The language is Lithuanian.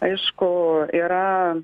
aišku yra